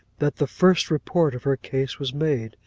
that the first report of her case was made,